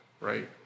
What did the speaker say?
right